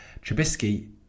Trubisky